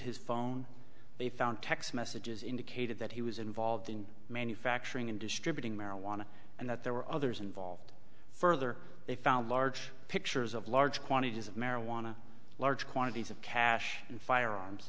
his phone they found text messages indicated that he was involved in manufacturing and distributing marijuana and that there were others involved further they found large pictures of large quantities of marijuana large quantities of cash and firearms